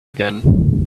again